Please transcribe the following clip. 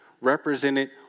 represented